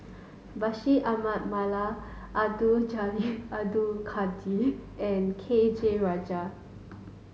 Bashir Ahmad Mallal Abdul Jalil Abdul Kadir and K J Rajah